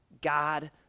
God